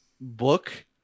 book